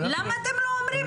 למה אתם לא אומרים את זה?